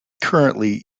currently